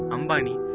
Ambani